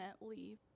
leave